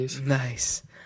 Nice